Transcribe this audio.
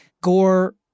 Gore